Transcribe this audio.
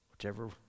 Whichever